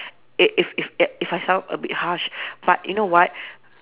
if if if at if I sound a bit harsh but you know what